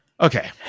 Okay